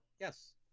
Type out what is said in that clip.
Yes